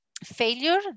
failure